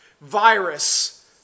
virus